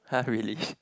(huh) really